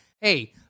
hey